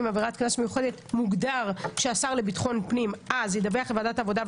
עבירת קנס מיוחדת מוגדר שהשר לביטחון פנים אז ידווח לוועדת העבודה,